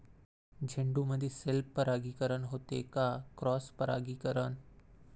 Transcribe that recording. झेंडूमंदी सेल्फ परागीकरन होते का क्रॉस परागीकरन?